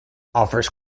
offers